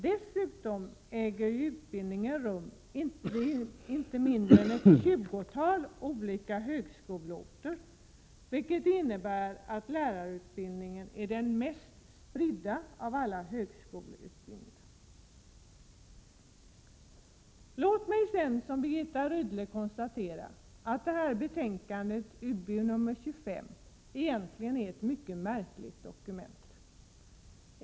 Dessutom äger utbildningen rum i inte mindre än ett tjugotal olika högskoleorter, vilket innebär att lärarutbildningen är den mest spridda av alla högskoleutbildningar. Låt mig vidare liksom Birgitta Rydle konstatera att utbildningsutskottets betänkande 25 är ett mycket märkligt dokument.